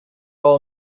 all